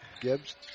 Gibbs